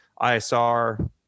ISR